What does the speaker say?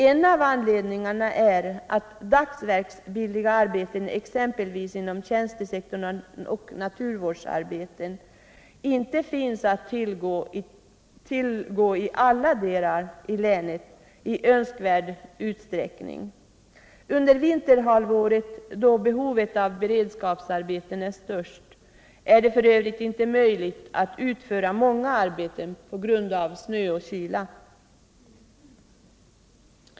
En av anledningarna är att dagsverksbilliga arbeten, t.ex. arbeten inom tjänstesektorn och naturvårdsarbeten, inte finns att tillgå i önskvärd utsträckning i alla delar av länet. Under vinterhalvåret, då behovet av beredskapsarbeten är störst, är många arbeten f. ö. inte möjliga att utföra på grund av snö och kyla.